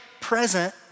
present